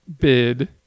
bid